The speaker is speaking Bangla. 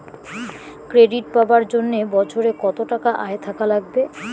ক্রেডিট পাবার জন্যে বছরে কত টাকা আয় থাকা লাগবে?